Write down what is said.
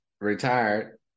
retired